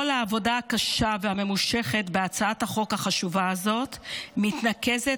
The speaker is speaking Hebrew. כל העבודה הקשה והממושכת בהצעת החוק החשובה הזאת מתנקזת